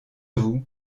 vous